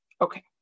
Okay